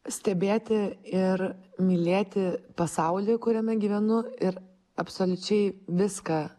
stebėti ir mylėti pasaulį kuriame gyvenu ir absoliučiai viską